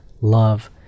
love